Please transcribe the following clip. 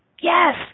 Yes